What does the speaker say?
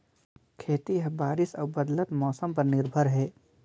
खेती ह बारिश अऊ बदलत मौसम पर निर्भर हे